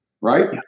right